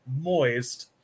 Moist